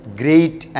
great